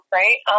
right